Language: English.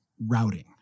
routing